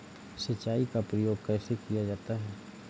सिंचाई का प्रयोग कैसे किया जाता है?